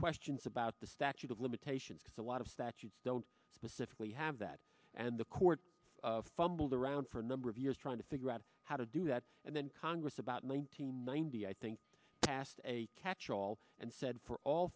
questions about the statute of limitations because a lot of statutes don't specifically have that and the court of public around for a number of years trying to figure out how to do that and then congress about nine hundred ninety i think passed a catchall and said for all